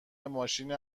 ماشین